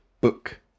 book